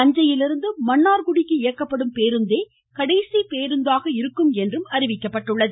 தஞ்சையிலிருந்து மன்னார்குடிக்கு இயக்கப்படும் பேருந்தே கடைசி பேருந்தாக இருக்கும் என்றும் அறிவிக்கப்பட்டுள்ளது